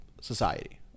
society